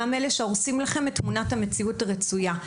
גם אלה שהורסים לכם את תמונת המציאות הרצויה.